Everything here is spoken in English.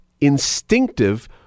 instinctive